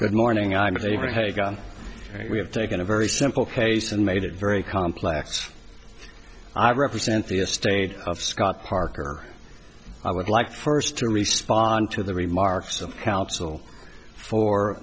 good morning i'm david hogan and we have taken a very simple case and made it very complex i represent the estate of scott parker i would like first to respond to the remarks of counsel for